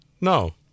No